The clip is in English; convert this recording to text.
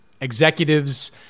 executives